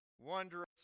wondrous